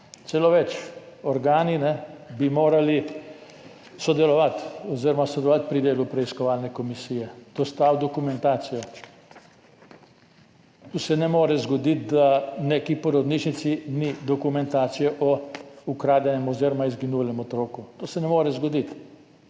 Celo več, organi bi morali sodelovati pri delu preiskovalne komisije, dostaviti dokumentacijo. Tu se ne more zgoditi, da v neki porodnišnici ni dokumentacije o ukradenem oziroma izginulem otroku. To se ne more zgoditi.